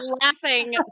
laughing